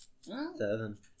Seven